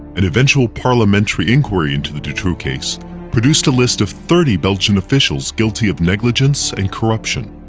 an eventual parliamentary inquiry into the dutroux case produced a list of thirty belgian officials guilty of negligence and corruption.